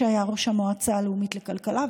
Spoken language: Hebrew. שהיה ראש המועצה הלאומית לכלכלה,